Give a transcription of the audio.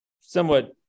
somewhat